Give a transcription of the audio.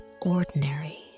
ordinary